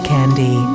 Candy